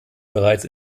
bereits